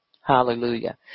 Hallelujah